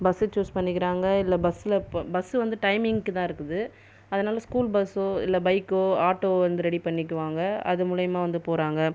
bus choose பண்ணிக்கிறாங்கள் இல்லை பஸ்ஸில் ப பஸ் வந்து டைமிங்க்கு தான் இருக்குது அதனால் ஸ்கூல் பஸ்ஸோ இல்லை பைக்கோ ஆட்டோவோ வந்து ரெடி பண்ணிக்குவாங்கள் அது மூலிமா வந்து போறாங்கள்